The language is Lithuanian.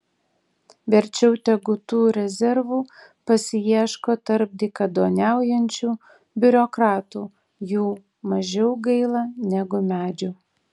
verčiau tegu tų rezervų pasiieško tarp dykaduoniaujančių biurokratų jų mažiau gaila negu medžių